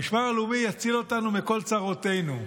המשמר הלאומי יציל אותנו מכל צרותנו.